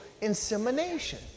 insemination